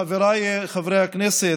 חבריי חברי הכנסת,